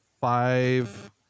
five